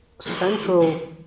central